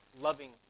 loving